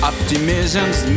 Optimism's